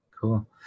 Cool